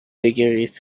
بگیرید